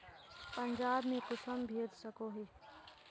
पंजाब में कुंसम भेज सकोही?